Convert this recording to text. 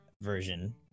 version